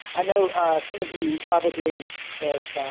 i know some of you probably and